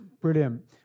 Brilliant